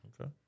Okay